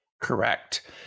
Correct